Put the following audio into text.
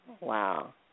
Wow